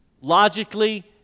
logically